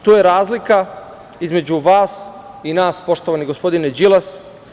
To je razlika između vas i nas, poštovani gospodine Đilas.